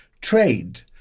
trade